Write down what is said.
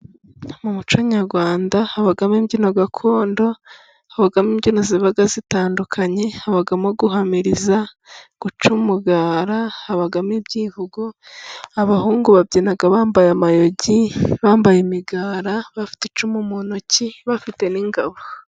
Mu muco nyarwanda habamo imbyino gakondo, habamo imbyino ziba zitandukanye habamo guhamiriza guca umugara, habamo ibyivugo abahungu babyina bambaye amayugi, bambaye imigara bafite icumu mu ntoki bafite n'ingabo.